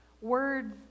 Words